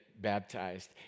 baptized